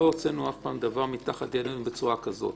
הוצאנו אף פעם דבר תחת ידינו בצורה כזאת.